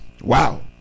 Wow